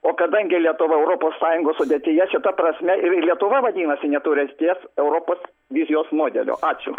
o kadangi lietuva europos sąjungos sudėtyje šita prasme ir lietuva vadinasi neturi ateities europos vizijos modelio ačiū